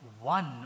one